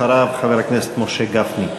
אחריו, חבר הכנסת משה גפני.